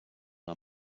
are